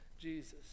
Jesus